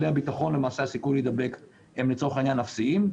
כשלמעשה הסיכוי להידבק הם לצורך העניין אפסיים.